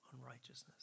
unrighteousness